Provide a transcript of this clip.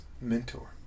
mentor